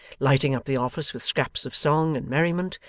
lighting up the office with scraps of song and merriment,